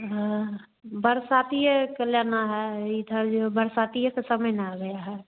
हाँ बरसातिए के लेना है इधर जो बरसातिए का समय ना आ गया है